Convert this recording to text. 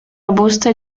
robusto